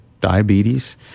diabetes